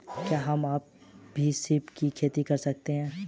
क्या हम भी सीप की खेती कर सकते हैं?